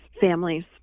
families